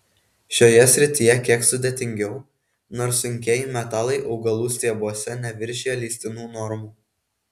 šioje srityje kiek sudėtingiau nors sunkieji metalai augalų stiebuose neviršija leistinų normų